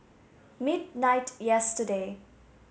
midnight yesterday